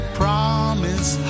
promise